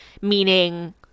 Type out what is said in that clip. meaning